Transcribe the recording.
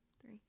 three